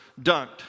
dunked